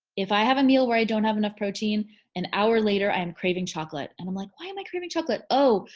if i have a meal where i don't have enough protein an hour later i am craving chocolate and i'm like, why am i craving chocolate? oh,